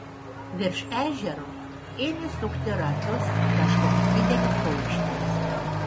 virš ežero ėmė sukti ratus kažkoks didelis paukštis